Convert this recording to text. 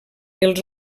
els